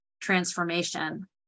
transformation